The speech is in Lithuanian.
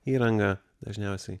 įrangą dažniausiai